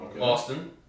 Austin